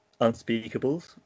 unspeakables